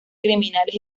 criminales